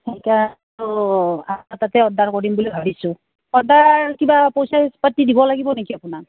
সেইকাৰণে তাতে অৰ্ডাৰ কৰিম বুলি ভাবিছোঁ অৰ্ডাৰ কিবা পইচা পাতি দিব লাগিব নেকি আপোনাক